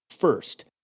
First